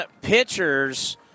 pitchers